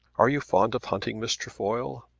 are you fond of hunting, miss trefoil?